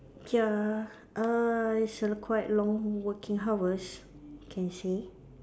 ya uh it's a quite long working hours can see